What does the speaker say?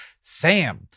Sam